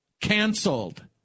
canceled